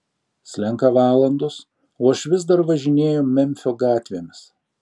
slenka valandos o aš vis dar važinėju memfio gatvėmis